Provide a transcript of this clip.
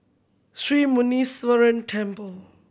Sri Muneeswaran Temple